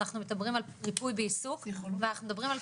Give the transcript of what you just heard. על ריפוי בעיסוק ואנחנו מדברים על